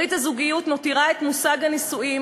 ברית הזוגיות מותירה את מושג הנישואים